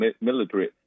military